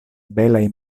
belaj